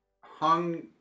hung